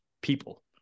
people